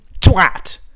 TWAT